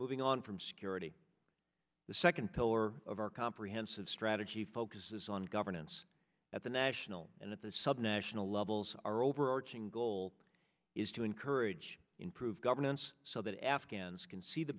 moving on from security the second pillar of our comprehensive strategy focuses on governance at the national and at the subnational levels our overarching goal is to encourage improved governance so that afghans can see the